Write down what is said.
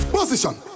Position